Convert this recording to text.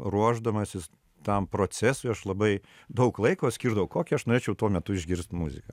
ruošdamasis tam procesui aš labai daug laiko skirdavau kokią aš norėčiau tuo metu išgirst muziką